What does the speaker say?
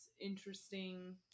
interesting